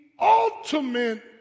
ultimate